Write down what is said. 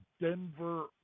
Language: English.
Denver